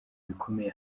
bikomeye